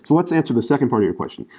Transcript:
let's answer the second part of your questions.